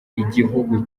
igihugu